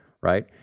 right